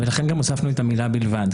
ולכן הוספנו את המילה "בלבד",